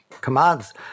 commands